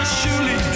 surely